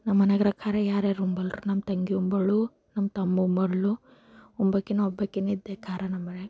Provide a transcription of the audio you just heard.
ನಮ್ಮನೆಗರೆ ಖಾರ ಯಾರು ಯಾರೂ ಉಣ್ಣೋಲ್ರಿ ನಮ್ಮ ತಂಗಿ ಉಂಬಳ್ಳು ನಮ್ಮ ತಮ್ಮ ಉಂಬಳ್ಳು ಉಂಬಕಿನೇ ನಾ ಒಬ್ಬಕಿನೆ ಇದ್ದೆ ಖಾರ ನಂ ಬ್ಯಾ